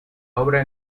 obra